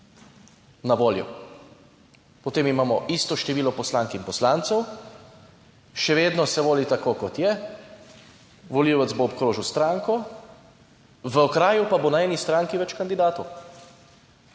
na voljo. Potem imamo isto število poslank in poslancev, še vedno se voli tako, kot je, volivec bo obkrožil stranko, v okraju pa bo na eni stranki več kandidatov.